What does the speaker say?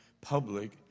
public